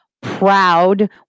proud